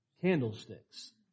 Candlesticks